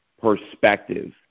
perspective